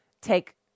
take